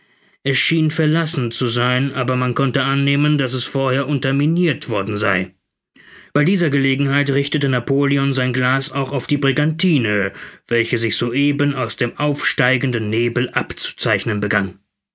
schien verlassen zu sein aber man konnte annehmen daß es vorher unterminirt worden sei bei dieser gelegenheit richtete napoleon sein glas auch auf die brigantine welche sich soeben aus dem aufsteigenden nebel abzuzeichnen begann